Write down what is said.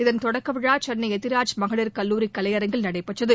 இதன் தொடக்க விழா சென்னை எத்திராஜ் மகளிர் கல்லூரி கலையரங்கில் நடைபெற்றது